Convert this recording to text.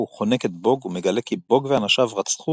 הוא חונק את בוג ומגלה כי בוג ואנשיו אנסו ורצחו